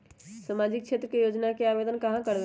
सामाजिक क्षेत्र के योजना में आवेदन कहाँ करवे?